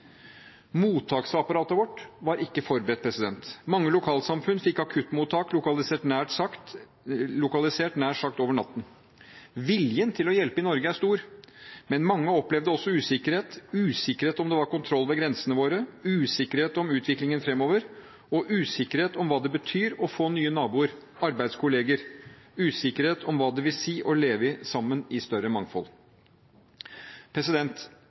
Mottaksapparatet vårt var ikke forberedt. Mange lokalsamfunn fikk akuttmottak lokalisert nær sagt over natten. Viljen til å hjelpe i Norge er stor, men mange opplevde også usikkerhet – usikkerhet om det var kontroll ved grensene våre, usikkerhet om utviklingen fremover og usikkerhet om hva det betyr å få nye naboer og arbeidskolleger, usikkerhet om hva det vil si å leve sammen i større mangfold.